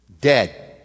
Dead